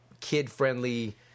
kid-friendly